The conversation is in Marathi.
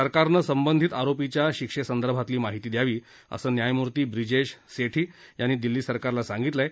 सरकारनं संबंधित आरोपीच्या शिक्षेसंदर्भातली माहिती द्यावी असं न्यायमूर्ती ब्रिजेश सेठी यांनी दिल्ली सरकारला सांगितलं आहे